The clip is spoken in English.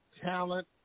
talent